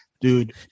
dude